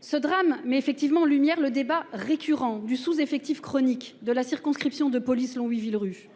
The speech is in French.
Ce drame mais effectivement lumière le débat récurrent du sous-effectif chronique de la circonscription de police. Selon lui, ville rue